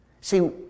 See